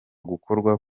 gukorwa